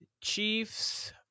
chiefs